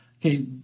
Okay